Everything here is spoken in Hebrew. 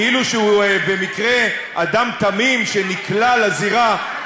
כאילו שהוא במקרה אדם תמים שנקלע לזירה,